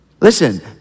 Listen